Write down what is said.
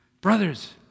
Brothers